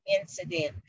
incident